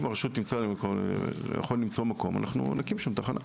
אם הרשות תמצא מקום, נקים שם תחנה.